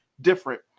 different